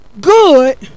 good